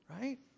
right